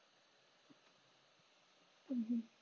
mmhmm